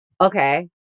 Okay